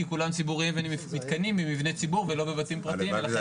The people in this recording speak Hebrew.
כי כולם ציבוריים ומתקיימים במבני ציבור ולא בבתים פרטיים.